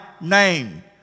name